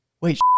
Wait